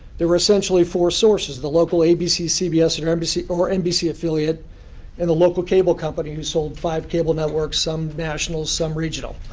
there were essentially four sources the local abc, cbs or nbc or nbc affiliate and the local cable company who sold five cable networks, some national, some regional,